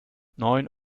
neun